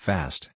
Fast